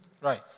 Right